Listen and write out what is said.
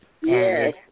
Yes